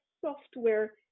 software